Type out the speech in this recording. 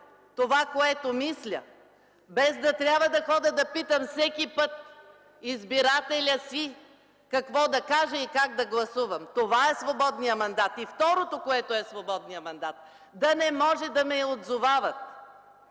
това, което мисля, без да трябва да ходя да питам всеки път избирателя си какво да кажа и как да гласувам. Това е свободният мандат! Второто, което е свободният мандат – да не може да ме отзовават.